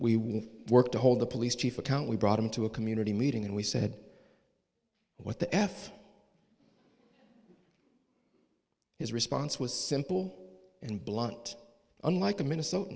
would work to hold the police chief account we brought him to a community meeting and we said what the f his response was simple and blunt unlike a minnesota